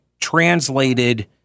translated